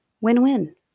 win-win